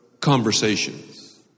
conversations